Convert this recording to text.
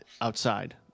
outside